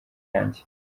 yanjye